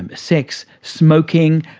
and sex, smoking,